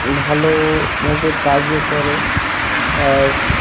ভালোভাবে কাজও করে আর